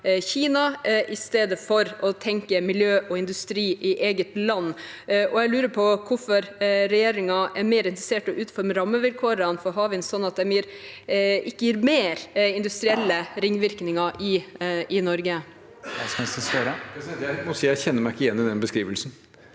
i stedet for å tenke miljø og industri i eget land. Jeg lurer på hvorfor regjeringen er mer interessert i å utforme rammevilkårene for havvind slik at de ikke gir mer industrielle ringvirkninger i Norge?